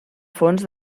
fons